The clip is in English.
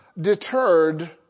deterred